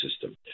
system